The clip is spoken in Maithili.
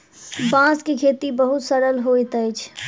बांस के खेती बहुत सरल होइत अछि